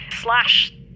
slash